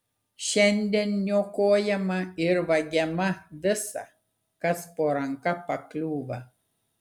šiandien niokojama ir vagiama visa kas po ranka pakliūva